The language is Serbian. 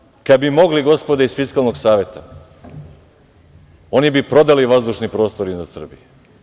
Znate šta, kad bi mogli gospoda iz Fiskalnog saveta, oni bi prodali vazdušni prostor iznad Srbije.